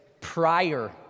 prior